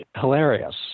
hilarious